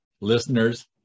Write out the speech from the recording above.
listeners